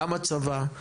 גם הצבא,